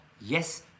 yes